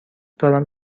دارم